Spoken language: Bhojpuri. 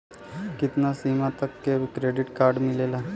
कितना सीमा तक के क्रेडिट कार्ड मिलेला?